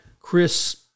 Chris